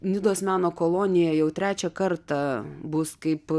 nidos meno kolonija jau trečią kartą bus kaip